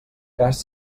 cas